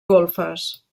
golfes